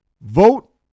Vote